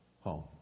home